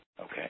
Okay